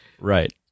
right